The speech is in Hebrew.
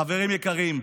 חברים יקרים,